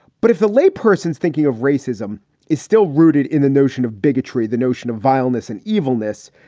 but if the lay person's thinking of racism is still rooted in the notion of bigotry, the notion of violence and evilness,